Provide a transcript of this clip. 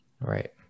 Right